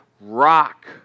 rock